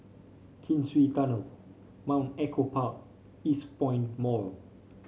Chin Swee Tunnel Mount Echo Park Eastpoint Mall